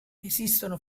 esistono